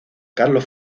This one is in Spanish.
carlos